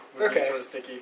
Okay